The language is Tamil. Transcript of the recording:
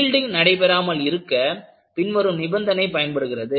யீல்டிங் நடைபெறாமல் இருக்க பின்வரும் நிபந்தனை பயன்படுகிறது